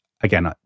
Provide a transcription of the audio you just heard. Again